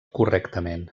correctament